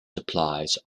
supplies